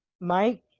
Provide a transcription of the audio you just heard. Mike